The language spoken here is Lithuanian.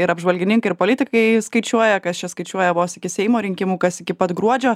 ir apžvalgininkai ir politikai skaičiuoja kas čia skaičiuoja vos iki seimo rinkimų kas iki pat gruodžio